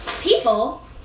people